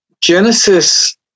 genesis